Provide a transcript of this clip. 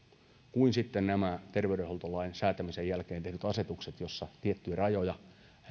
kuin sitten nämä terveydenhuoltolain säätämisen jälkeen tehdyt asetukset joissa tiettyjä